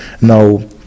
Now